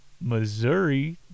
Missouri